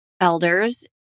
elders